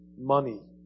money